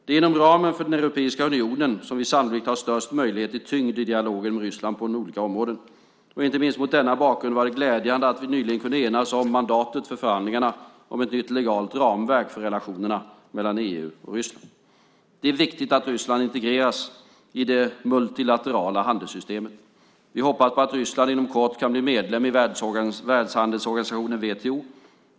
Det är inom ramen för Europeiska unionen som vi sannolikt har störst möjligheter till tyngd i dialogen med Ryssland på olika områden, och inte minst mot denna bakgrund var det glädjande att vi nyligen kunde enas om mandatet för förhandlingarna om ett nytt legalt ramverk för relationerna mellan EU och Ryssland. Det är viktigt att Ryssland integreras i det multilaterala handelssystemet. Vi hoppas på att Ryssland inom kort kan bli medlem i Världshandelsorganisationen, WTO.